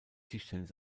tischtennis